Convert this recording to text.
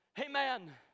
Amen